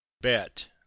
bet